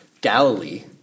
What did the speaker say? Galilee